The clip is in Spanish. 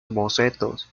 bocetos